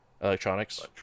electronics